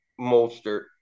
Molster